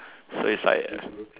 so it's like